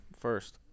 first